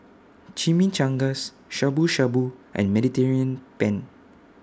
Chimichangas Shabu Shabu and Mediterranean Penne